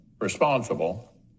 responsible